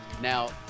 Now